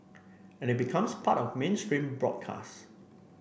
and becomes part of mainstream broadcast